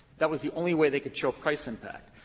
that was the only way they could show price impact.